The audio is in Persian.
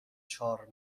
چهار